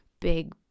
big